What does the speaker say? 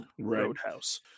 roadhouse